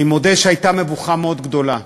אני מודה שהייתה מבוכה מאוד גדולה.